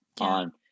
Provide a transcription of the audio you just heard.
on